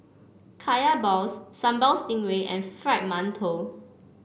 Kaya Balls Sambal Stingray and Fried Mantou